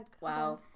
wow